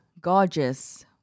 gorgeous